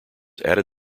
added